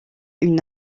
une